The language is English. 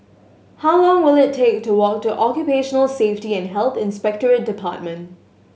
how long will it take to walk to Occupational Safety and Health Inspectorate Department